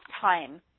time